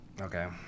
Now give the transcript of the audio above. okay